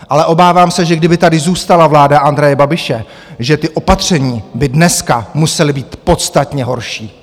Ale obávám se, že kdyby tady zůstala vláda Andreje Babiše, že ta opatření by dneska musela být podstatně horší.